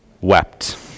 wept